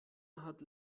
hat